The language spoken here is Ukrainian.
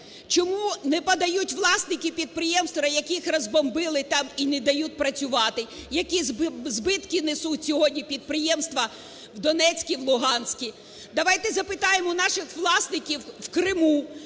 Чому не подають власники підприємств, яких розбомбили там і не дають працювати? Які збитки несуть сьогодні підприємства в Донецьку і Луганську? Давайте запитаємо у наших власників в Криму,